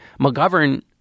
McGovern